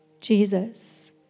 Jesus